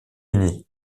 uni